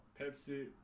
pepsi